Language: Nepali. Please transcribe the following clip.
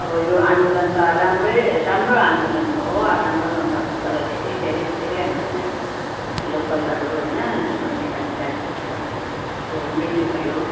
अब यो आन्दोलन त राम्रै राम्रो आन्दोलन हो राम्रो गर्नु भएको थियो तर धेरै धेरै धेरै हाम्रो यहाँको लोकलहरू होइन हाम्रो नेपाली दाजु भाइहरूको को मृत्यु भयो